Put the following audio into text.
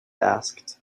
asked